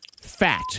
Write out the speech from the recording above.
Fat